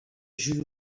jules